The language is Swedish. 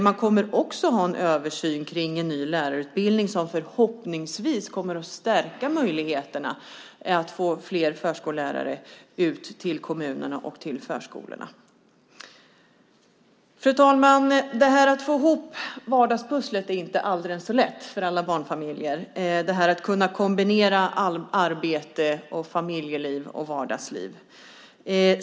Man kommer också att göra en översyn när det gäller en ny lärarutbildning som förhoppningsvis stärker möjligheterna att få fler förskollärare ut till kommunerna och till förskolorna. Fru talman! Det här med att få ihop vardagspusslet - att kunna kombinera arbete, familjeliv och vardagsliv - är inte alldeles lätt för alla barnfamiljer.